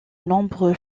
nombreux